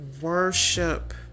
worship